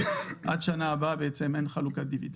עד שנה הבאה בעצם אין חלוקת דיבידנד.